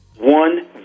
one